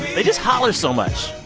they just holler so much.